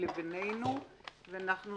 ואנחנו